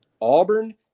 Auburn